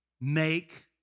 make